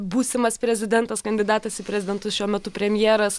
būsimas prezidentas kandidatas į prezidentus šiuo metu premjeras